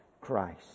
Christ